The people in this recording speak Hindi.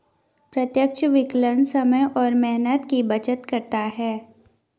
प्रत्यक्ष विकलन समय और मेहनत की बचत करता है